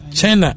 China